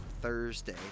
Thursday